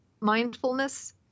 mindfulness